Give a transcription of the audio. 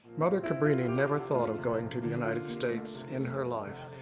mother cabrini never thought of going to the united states in her life,